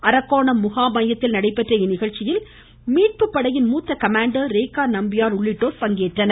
அரக்கோணம் முகாம் மையத்தில் நடைபெற்ற நிகழ்ச்சியில் மீட்பு படையின் மூத்த கமாண்டர் ரேகா நம்பியார் உள்ளிட்டோர் பங்கேற்றனர்